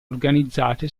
organizzate